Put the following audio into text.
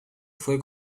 fue